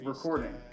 Recording